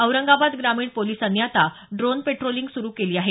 औरंगाबाद ग्रामीण पोलिसांनी आता ड्रोन पेट्रोलिंग सुरू केली आहे